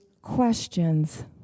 questions